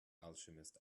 alchemist